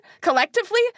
collectively